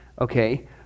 okay